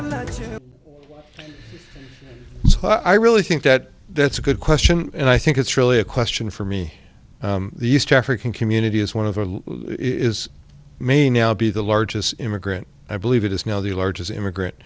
so i really think that that's a good question and i think it's really a question for me the east african community is one of the it is may now be the largest immigrant i believe it is now the largest immigrant